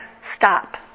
stop